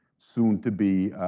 soon to be